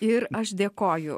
ir aš dėkoju